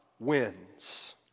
wins